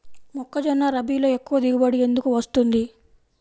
మొక్కజొన్న రబీలో ఎక్కువ దిగుబడి ఎందుకు వస్తుంది?